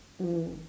mm